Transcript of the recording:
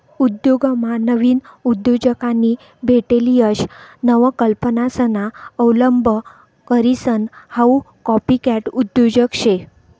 उद्योगमा नाविन उद्योजकांनी भेटेल यश नवकल्पनासना अवलंब करीसन हाऊ कॉपीकॅट उद्योजक शे